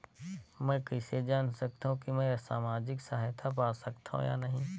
मै कइसे जान सकथव कि मैं समाजिक सहायता पा सकथव या नहीं?